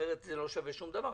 אחרת זה לא שווה דבר,